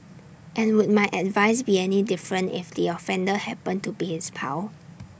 and would my advice be any different if the offender happened to be his pal